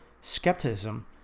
skepticism